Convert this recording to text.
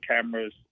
cameras